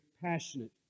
passionate